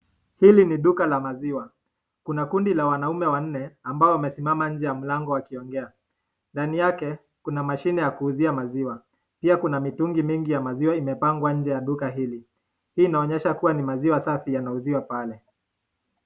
Hili ni duka la maziwa. Kuna kundi la wanaume wanne ambao wamesimama nje ya mlango wakiongea. Ndani yake kuna mashine ya kuuzia maziwa pia kuna mitungi mingi ya maziwa imepangwa nje ya duka hili. Hii inaonyesha kuwa ni maziwa safi yanauziwa pale.